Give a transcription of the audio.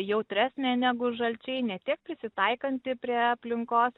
jautresnė negu žalčiai ne tiek prisitaikanti prie aplinkos